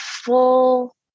full